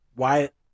Wyatt